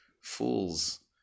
fools